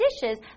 dishes